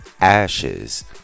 ashes